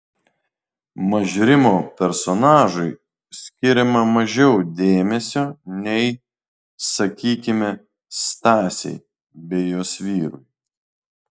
mažrimo personažui skiriama mažiau dėmesio nei sakykime stasei bei jos vyrui